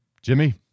Jimmy